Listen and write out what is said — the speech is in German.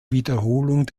wiederholung